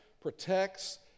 protects